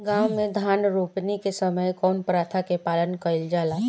गाँव मे धान रोपनी के समय कउन प्रथा के पालन कइल जाला?